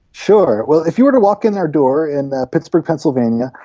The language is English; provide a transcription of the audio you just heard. sure. well, if you were to walk in our door in pittsburgh pennsylvania,